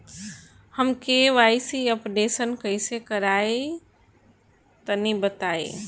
हम KYC updation कइसे करवाई तनि बताई?